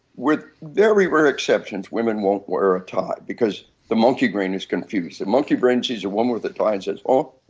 with very rare exceptions women won't wear a tie because the monkey brain is confused. the monkey brain sees a woman with a tie and says, oh, oh,